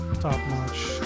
top-notch